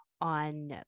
on